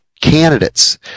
candidates